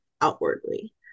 outwardly